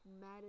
mad